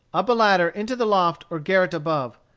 up a ladder into the loft or garret above,